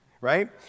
right